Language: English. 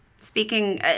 Speaking